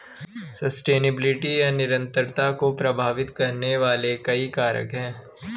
sustainability या निरंतरता को प्रभावित करने वाले कई कारक हैं